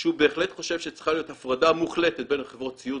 שהוא בהחלט חושב שצריכה להיות הפרדה מוחלטת בין חברות ציוד